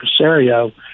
Casario